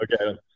Okay